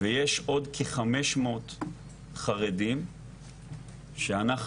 ויש עוד כ-500 חרדים שאנחנו,